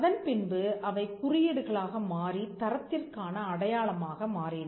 அதன் பின்பு அவை குறியீடுகளாக மாறித் தரத்திற்கான அடையாளமாக மாறின